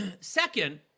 Second